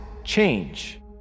change